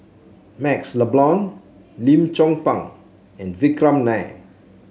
MaxLe Blond Lim Chong Pang and Vikram Nair